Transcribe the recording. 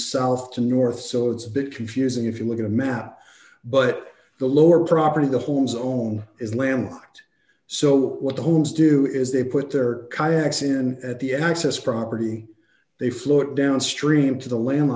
south to north so it's a bit confusing if you look at a map but the lower property the homes own is lamb so what the homes do is they put their kayaks in at the access property they float downstream to the